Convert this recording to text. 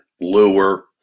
lure